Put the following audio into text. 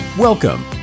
Welcome